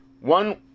one